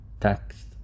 text